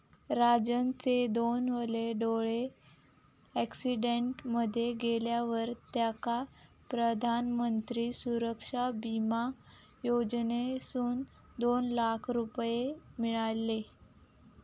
राजनचे दोनवले डोळे अॅक्सिडेंट मध्ये गेल्यावर तेका प्रधानमंत्री सुरक्षा बिमा योजनेसून दोन लाख रुपये मिळाले